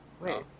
Wait